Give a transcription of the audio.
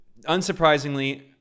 unsurprisingly